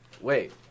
Wait